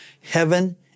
heaven